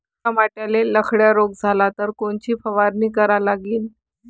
टमाट्याले लखड्या रोग झाला तर कोनची फवारणी करा लागीन?